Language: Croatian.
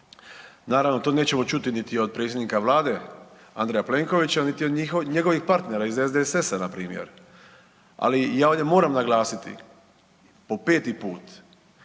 naravno to nećemo čuti niti od predsjednika Vlade Andreja Plenkovića niti od njegovih partnera iz SDSS-a npr., ali ja ovdje moram naglasiti po peti put,